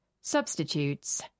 Substitutes